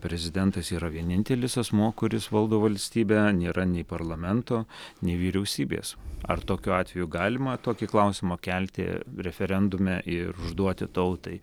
prezidentas yra vienintelis asmuo kuris valdo valstybę nėra nei parlamento nei vyriausybės ar tokiu atveju galima tokį klausimą kelti referendume ir užduoti tautai